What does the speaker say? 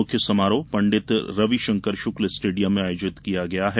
मुख्य समारोह पंडित रविशंकर शुक्ल स्टेडियम में आयोजित किया गया है